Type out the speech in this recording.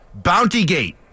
Bountygate